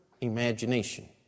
imagination